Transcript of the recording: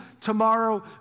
tomorrow